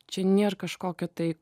čia nebūna kažkokio tai